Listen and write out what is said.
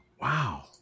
Wow